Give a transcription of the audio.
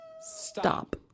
Stop